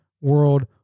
world